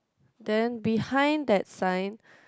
then behind that sign